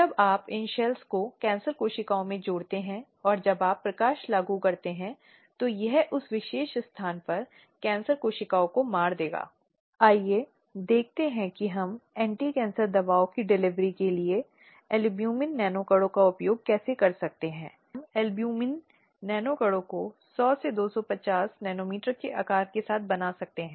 अब इसलिए यह आंतरिक शिकायत समिति है और इसकी संरचना है जैसा कि मैंने कहा है कि नियोक्ता की जिम्मेदारी यह सुनिश्चित करने के लिए है कि अधिनियम के प्रभाव में आने के बाद हर संगठन के पास आंतरिक शिकायत समिति का सेटअप होना चाहिए ताकि वह मुद्दों पर गौर कर सके जो संगठन के भीतर महिलाएं सामना करती हैं